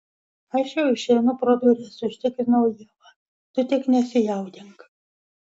aš jau išeinu pro duris užtikrinau ievą tu tik nesijaudink